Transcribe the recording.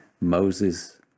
Moses